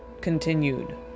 Continued